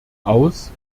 aus